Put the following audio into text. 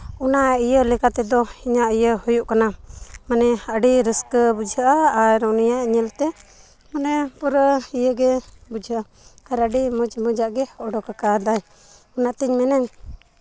ᱚᱱᱟ ᱤᱭᱟᱹ ᱞᱮᱠᱟ ᱛᱮᱫᱚ ᱤᱧᱟᱹᱜ ᱦᱩᱭᱩᱜ ᱠᱟᱱᱟ ᱢᱟᱱᱮ ᱟᱹᱰᱤ ᱨᱟᱹᱥᱠᱟᱹ ᱵᱩᱡᱷᱟᱹᱜᱼᱟ ᱟᱨ ᱩᱱᱤᱭᱟᱜ ᱧᱮᱞ ᱛᱮ ᱢᱟᱱᱮ ᱯᱩᱨᱟᱹ ᱤᱭᱟᱹᱜᱮ ᱵᱩᱡᱷᱟᱹᱜᱼᱟ ᱟᱨ ᱟᱹᱰᱤ ᱢᱚᱡᱽ ᱢᱚᱡᱽ ᱟᱜ ᱚᱰᱚᱠ ᱟᱠᱟᱫᱟᱭ ᱚᱱᱟᱛᱤᱧ ᱢᱮᱱᱟ